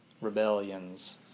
rebellions